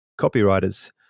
copywriters